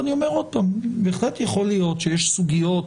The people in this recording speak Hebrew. אני אומר עוד פעם, בהחלט יכול להיות שיש סוגיות